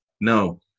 No